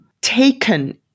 taken